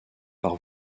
par